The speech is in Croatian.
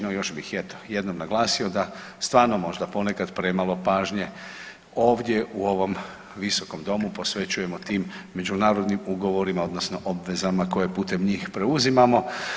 No, još bih eto jednom naglasio da stvarno možda ponekad premalo pažnje ovdje u ovom visokom domu posvećujemo tim međunarodnim ugovorima odnosno obvezama koje putem njih preuzimamo.